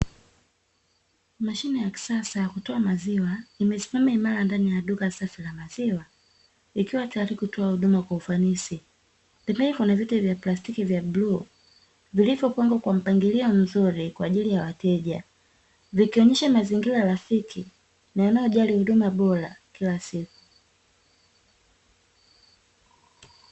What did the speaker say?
Mashine ya kisasa ya kutoa maziwa imesimama imara ndani ya duka safi la maziwa ikiwa tayari kutoa huduma kwa ufanisi, pembeni kuna viti vya plastiki vya bluu vilivyopangwa kwa mpangilio mzuri kwa ajili ya wateja, vikionesha mazingira rafiki na yanayojali huduma bora kila siku.